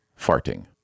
farting